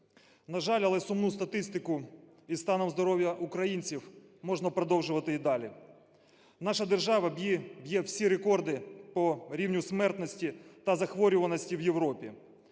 На жаль, але сумну статистку із станом здоров'я українців можна продовжувати і далі. Наша держава б'є всі рекорди по рівню смертності та захворюваності в Європі,